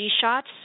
shots